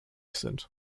sind